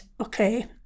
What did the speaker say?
okay